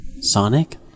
Sonic